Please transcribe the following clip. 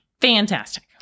fantastic